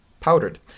powdered